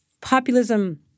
populism